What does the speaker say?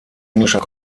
englischer